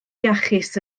iachus